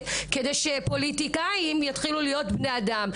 כדי שפוליטיקאים יתחילו להיות בני אדם.